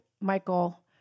Michael